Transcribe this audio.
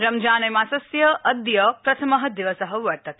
रमजान मासस्य अद्य प्रथम दिवस वर्तते